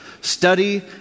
Study